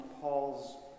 Paul's